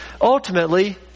ultimately